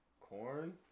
Corn